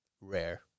rare